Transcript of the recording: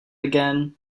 again